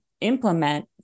implement